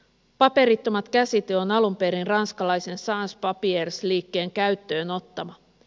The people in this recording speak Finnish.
paperittomat käsite on alun perin ranskalaisen sans papiers liikkeen käyttöön ottama